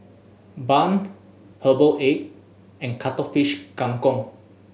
Bun Herbal Egg and Cuttlefish Kang Kong